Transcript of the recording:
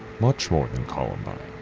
much more than columbine.